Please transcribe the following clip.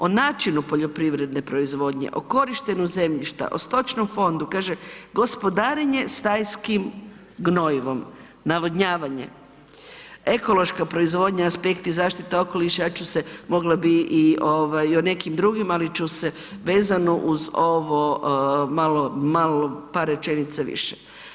O načinu poljoprivredne proizvodnje, o korištenju zemljišta, o stočnom fondu, kaže, gospodarenje stajskim gnojivom, navodnjavanje, ekološka proizvodnja, aspekti zaštite okoliša, ja ću se, mogla bi i o nekim drugim, ali ću se vezano uz ovo, malo, malo, par rečenica više.